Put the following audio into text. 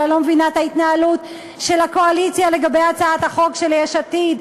אבל אני לא מבינה את ההתנהלות של הקואליציה לגבי הצעת החוק של יש עתיד.